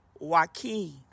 Joaquin